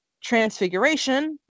transfiguration